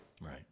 Right